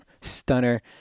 stunner